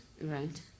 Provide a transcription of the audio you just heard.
Right